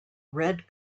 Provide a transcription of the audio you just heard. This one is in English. red